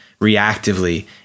reactively